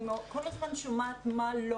אני כל הזמן שומעת מה לא.